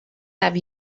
have